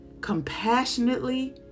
compassionately